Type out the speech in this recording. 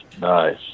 nice